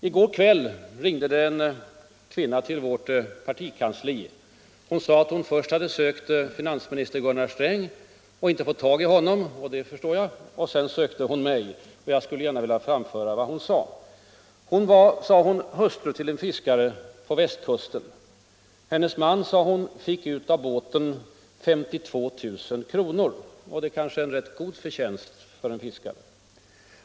I går kväll ringde en kvinna till vårt partikansli. Hon sade att hon först hade sökt finansminister Gunnar Sträng men inte fått tag på honom, och det förstår jag. Sedan sökte hon mig, och jag skulle gärna vilja framföra vad hon sade. Hon var hustru till en fiskare på Västkusten. Hennes man tjänade 52 000 kr. genom båten, och det är kanske en rätt god förtjänst för en fiskare.